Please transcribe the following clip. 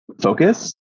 Focus